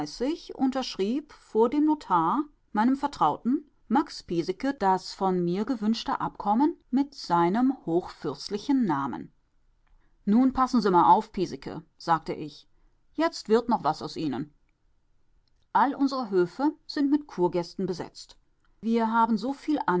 unterschrieb vor dem notar meinem vertrauten max piesecke das von mir gewünschte abkommen mit seinem hochfürstlichen namen nun passen sie mal auf piesecke sagte ich jetzt wird noch was aus ihnen all unsere höfe sind mit kurgästen besetzt wir haben so viel